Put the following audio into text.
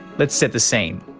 let's set the scene.